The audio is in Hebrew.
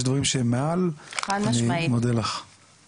יש דברים שהם מעל ואני מודה לך.